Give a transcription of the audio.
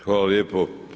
Hvala lijepo.